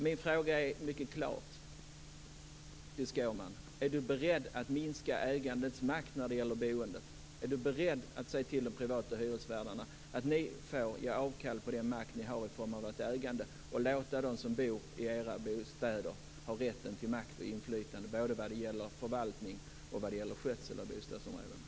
Min fråga till Skårman är mycket klar: Är du beredd att minska ägandets makt när det gäller boendet? Är du beredd att säga till de privata hyresvärdarna att de får ge avkall på den makt de har i form av sitt ägande och låta dem som bor i deras bostäder ha rätt till makt och inflytande vad gäller både förvaltning och skötsel av bostadsområdena?